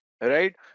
right